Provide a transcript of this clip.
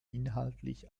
inhaltlich